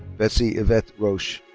betsy ivette roche.